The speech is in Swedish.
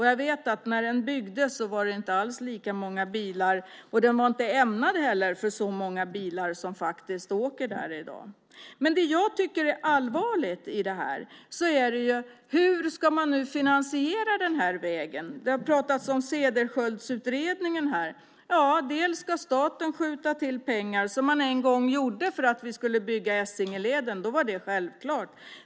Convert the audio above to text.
Jag vet att det inte alls fanns lika många bilar när den byggdes, och den var inte heller ämnad för så många bilar som åker där i dag. Det allvarliga i dag är hur man nu ska finansiera den här vägen. Det har pratats om Cederschiöldsutredningen här. Staten ska skjuta till pengar, som man en gång gjorde för att man skulle bygga Essingeleden. Då var det självklart.